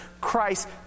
Christ